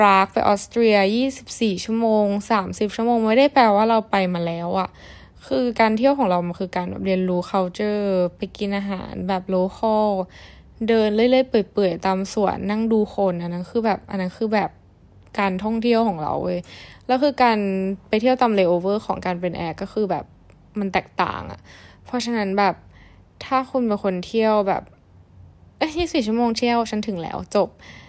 ไปออสเตรีย 24 ชั่วโมง 30 ชั่วโมงไม่ได้แปลว่าเราไปมาแล้วอะ คือการเที่ยวของเรามันคือการแบบเรียนรู้ culture ไปกินอาหารแบบ local เดินเรื่อยๆเปื่อยๆตามสวน นั่งดูคน อันนั้นคือแบบ- อันนั้นคือแบบการท่องเที่ยวของเราเว้ย แล้วคือการไปเที่ยวตาม layover ของการเป็นแอร์ก็คือแบบมันแตกต่างอะ เพราะฉะนั้นแบบถ้าคุณเป็นคนเที่ยวแบบ- เอ้ย 24 ชั่วโมงเที่ยว ฉันถึงแล้ว จบ